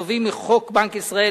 הנובעים מחוק בנק ישראל,